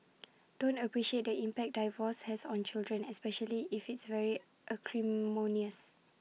don't appreciate the impact divorce has on children especially if it's very acrimonious